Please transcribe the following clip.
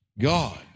God